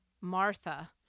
Martha